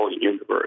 Universe